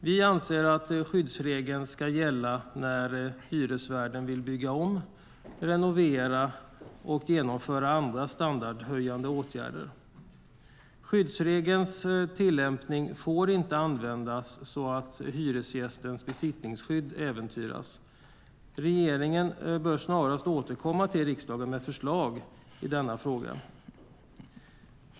Vi anser att skyddsregeln ska gälla när hyresvärden vill bygga om, renovera och genomföra andra standardhöjande åtgärder. Skyddsregelns tillämpning får inte användas så att hyresgästens besittningsskydd äventyras. Regeringen bör snarast återkomma till riksdagen med förslag i denna fråga.